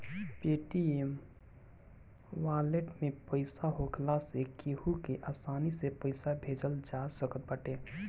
Paytm wallet में पईसा होखला से केहू के आसानी से पईसा भेजल जा सकत बाटे